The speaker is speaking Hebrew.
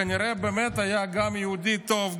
כנראה גם הוא באמת היה יהודי טוב,